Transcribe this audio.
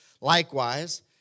likewise